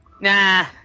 Nah